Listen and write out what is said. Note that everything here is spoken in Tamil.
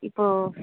இப்போ